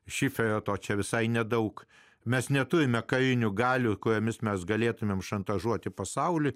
šiferio to čia visai nedaug mes neturime karinių galių kuriomis mes galėtumėm šantažuoti pasaulį